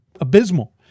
abysmal